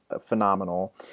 phenomenal